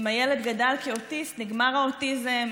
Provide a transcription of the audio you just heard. אם הילד גדל כאוטיסט, נגמר האוטיזם.